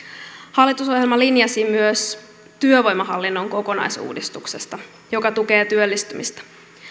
hallitusohjelma linjasi myös työvoimahallinnon kokonaisuudistuksesta joka tukee työllistymistä